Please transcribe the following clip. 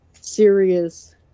serious